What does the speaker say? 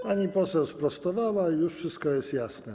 Pani poseł sprostowała, już wszystko jest jasne.